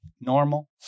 normal